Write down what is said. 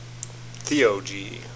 Theo-G